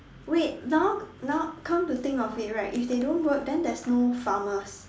wait now now come to think of it right if they don't work then there's no farmers